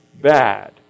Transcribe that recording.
bad